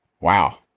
wow